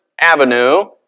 avenue